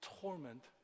torment